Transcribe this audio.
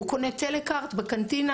הוא קונה טלכארד בקנטינה.